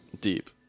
deep